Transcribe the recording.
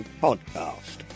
Podcast